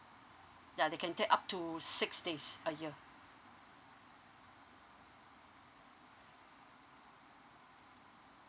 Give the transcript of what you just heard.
ya they can take up to six days a year